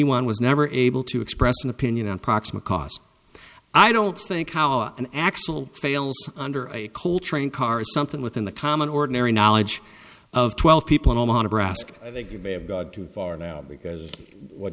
one was never able to express an opinion on proximate cause i don't think how an actual fails under a coal train car is something within the common ordinary knowledge of twelve people in omaha nebraska i think you may have gotten far now because what